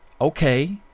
okay